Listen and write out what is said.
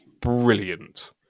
brilliant